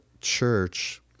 church